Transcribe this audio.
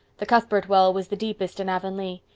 the cuthbert well was the deepest in avonlea.